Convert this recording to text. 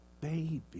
baby